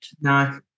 No